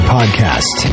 Podcast